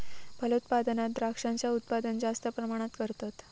फलोत्पादनात द्रांक्षांचा उत्पादन जास्त प्रमाणात करतत